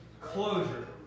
Closure